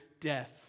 death